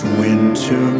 winter